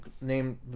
named